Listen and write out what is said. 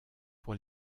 pour